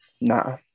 Nah